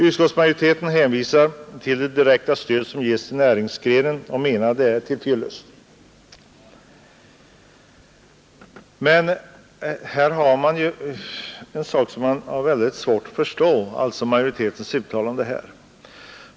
Utskottsmajoriteten hänvisar till det direkta stöd som ges näringsgrenen och menar att det är till fyllest. Vi har väldigt svårt att förstå majoritetens uttalande här.